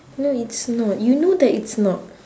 no it's not you know that it's not